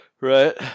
Right